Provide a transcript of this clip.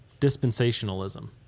dispensationalism